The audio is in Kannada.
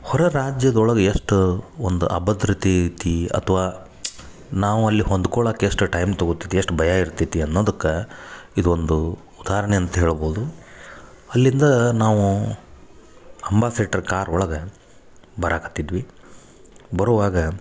ಹೊರ ರಾಜ್ಯದೊಳಗ ಎಷ್ಟು ಒಂದು ಅಭದ್ರತೆ ಐತಿ ಅಥ್ವ ನಾವು ಅಲ್ಲಿ ಹೊಂದ್ಕೊಳಕ್ಕೆ ಎಷ್ಟು ಟೈಮ್ ತಗೊತೈತಿ ಎಷ್ಟು ಭಯ ಇರ್ತೈತಿ ಅನ್ನೋದಕ್ಕೆ ಇದೊಂದು ಉದಾಹರಣೆ ಅಂತ ಹೇಳ್ಬೋದು ಅಲ್ಲಿಂದ ನಾವು ಅಂಬಾಸೈಟರ್ ಕಾರ್ ಒಳಗೆ ಬರಾಕತ್ತಿದ್ವಿ ಬರುವಾಗ